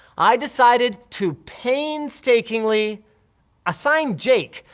i decided to painstakingly assign jake,